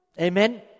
Amen